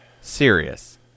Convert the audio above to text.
Serious